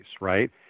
Right